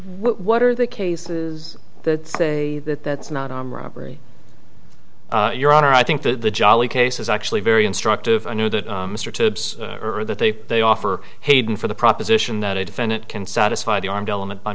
what are the cases that say that that's not arm robbery your honor i think that the jolly case is actually very instructive i knew that mr to earth that they they offer hayden for the proposition that a defendant can satisfy the armed element by